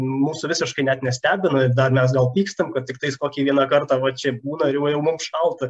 mūsų visiškai net nestebina dar mes gal pykstam kad tiktais kokį vieną kartą va čia būna va jau mum šalta